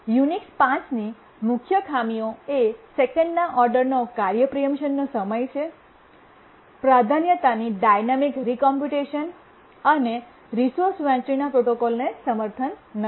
Unix 5 ની મુખ્ય ખામીઓ એ સેકન્ડના ઓર્ડરના કાર્ય પ્રીએમ્પશનનો સમય છે પ્રાધાન્યતાની ડાયનામિક રીકોમ્પ્યુટેશન અને રિસોર્સ વહેંચણીના પ્રોટોકોલને સમર્થન નથી